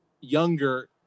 younger